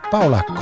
Paula